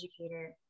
educator